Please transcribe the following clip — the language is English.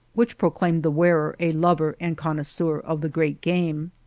which proclaimed the wearer a lover and connois seur of the great game.